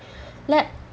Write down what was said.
let